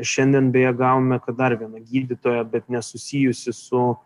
šiandien beje gavome kad dar viena gydytoja bet nesusijusi su